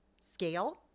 scale